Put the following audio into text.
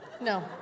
No